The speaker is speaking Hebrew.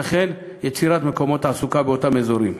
וכן יצירת מקומות תעסוקה באותם אזורים.